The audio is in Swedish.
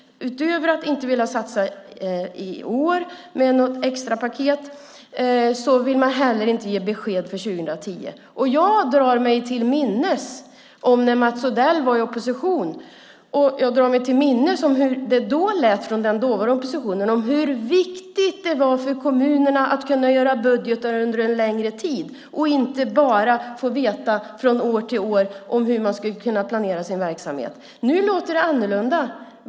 Utöver att inte vilja satsa i år med något extra paket vill man heller inte ge besked för 2010. Jag drar mig till minnes när Mats Odell var i opposition. Jag drar mig till minnes hur det lät från den dåvarande oppositionen om hur viktigt det var för kommunerna att kunna göra budgetar för en längre tid och inte bara få veta från år till år hur man skulle kunna planera sin verksamhet. Nu låter det annorlunda.